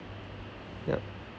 yup